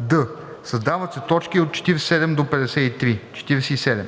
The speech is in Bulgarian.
д) създават се т. 47 – 53: